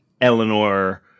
Eleanor